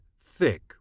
thick